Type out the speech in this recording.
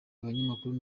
abanyamakuru